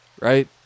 right